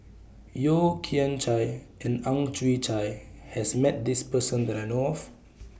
Yeo Kian Chye and Ang Chwee Chai has Met This Person that I know of